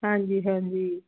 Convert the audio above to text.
ਹਾਂਜੀ ਹਾਂਜੀ